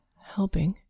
helping